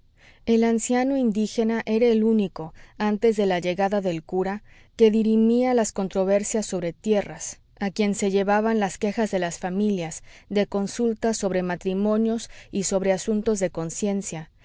el anciano indígena era el único antes de la llegada del cura que dirimía las controversias sobre tierras a quien se llevaban las quejas de las familias de consultas sobre matrimonios y sobre asuntos de conciencia